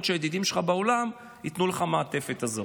שהידידים שלך בעולם ייתנו לך את המעטפת הזאת.